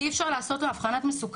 כי אי אפשר לעשות לו אבחנת מסוכנות?